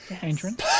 entrance